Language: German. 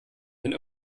wenn